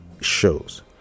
shows